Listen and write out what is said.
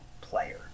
player